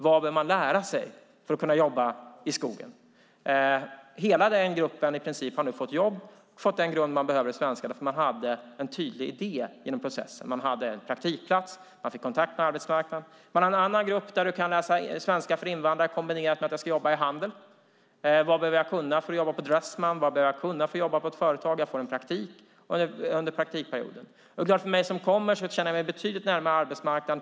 Vad behöver man lära sig för att kunna jobba i skogen? I princip hela den gruppen har nu fått jobb och fått den grund de behöver i svenska, för det fanns en tydlig idé genom processen. Man hade en praktikplats och fick kontakt med arbetsmarknaden. En annan grupp kan läsa svenska för invandrare kombinerat med jobb i handeln. Vad behöver man kunna för att jobba på Dressmann eller något annat företag? Man får en praktikperiod. Den som kommer känner sig då givetvis betydligt närmare arbetsmarknaden.